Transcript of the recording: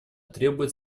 требует